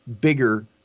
bigger